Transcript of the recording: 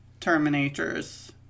Terminators